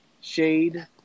shade